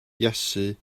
iesu